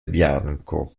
bianco